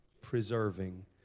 preserving